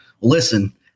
Listen